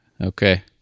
Okay